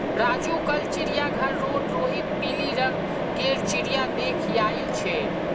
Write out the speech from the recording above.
राजू कल चिड़ियाघर रोड रोहित पिली रंग गेर चिरया देख याईल छे